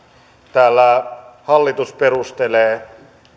täällä hallitus perustelee